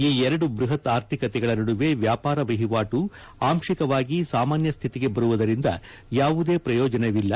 ಈ ಎರಡು ಬೃಹತ್ ಆರ್ಥಿಕತೆಗಳ ನಡುವೆ ವ್ಯಾಪಾರ ವಹಿವಾಟು ಆಂಶಿಕವಾಗಿ ಸಾಮಾನ್ಯ ಸ್ಥಿತಿಗೆ ಬರುವುದರಿಂದ ಯಾವುದೇ ಪ್ರಯೋಜನವಿಲ್ಲ